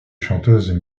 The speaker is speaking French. chanteuses